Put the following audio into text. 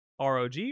rog